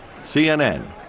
CNN